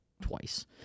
twice